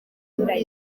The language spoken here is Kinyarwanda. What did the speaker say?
muri